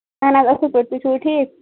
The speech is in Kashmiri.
اَہَن حظ اَصٕل پٲٹھۍ تُہۍ چھِو حظ ٹھیٖک